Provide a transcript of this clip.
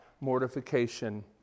mortification